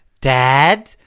Dad